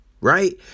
right